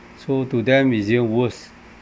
so to them it's even worse